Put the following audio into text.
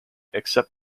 except